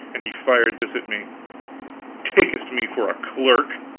and he fired this at me takest me for a clerk?